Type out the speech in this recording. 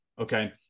Okay